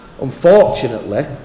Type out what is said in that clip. Unfortunately